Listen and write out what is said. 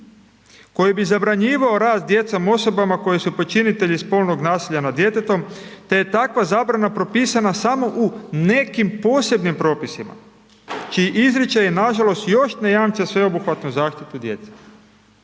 koji bi zabranjivao rad sa djecom osobama koje su počinitelji spolnog nasilja nad djetetom te je takva zabrana propisana samo u nekim posebnim propisima. Znači izričaji nažalost još ne jamče sveobuhvatnu zaštitu djece.